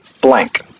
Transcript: blank